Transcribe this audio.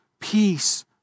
peace